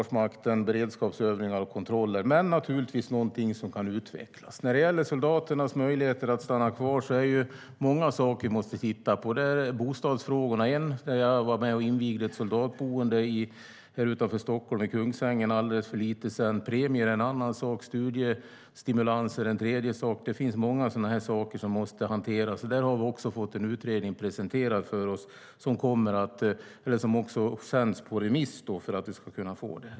Men det är naturligtvis någonting som kan utvecklas. När det gäller soldaternas möjligheter att stanna kvar är det många saker vi måste titta på. Bostadsfrågan är en sak. Jag var nyligen med och invigde ett soldatboende utanför Stockholm i Kungsängen. Premier är en annan sak, studiestimulanser en tredje. Det finns många saker som måste hanteras.